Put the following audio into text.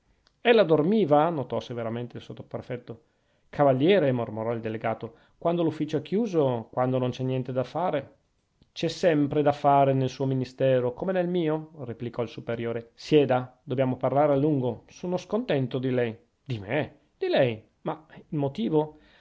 sua ella dormiva notò severamente il sottoprefetto cavaliere mormorò il delegato quando l'ufficio è chiuso quando non c'è niente da fare c'è sempre da fare nel suo ministero come nel mio replicò il superiore sieda dobbiamo parlare a lungo sono scontento di lei di me di lei ma il motivo